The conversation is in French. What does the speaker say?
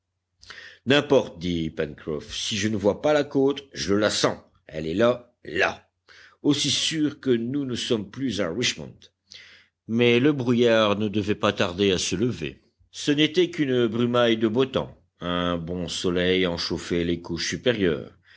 n'importe dit pencroff si je ne vois pas la côte je la sens elle est là là aussi sûr que nous ne sommes plus à richmond mais le brouillard ne devait pas tarder à se lever ce n'était qu'une brumaille de beau temps un bon soleil en chauffait les couches supérieures